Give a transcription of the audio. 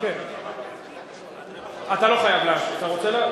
אתה לא חייב להשיב.